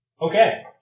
Okay